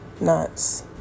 nuts